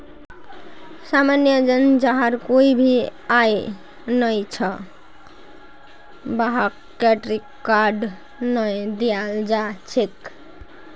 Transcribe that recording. सामान्य जन जहार कोई भी आय नइ छ वहाक क्रेडिट कार्ड नइ दियाल जा छेक